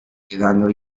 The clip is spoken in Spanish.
quedando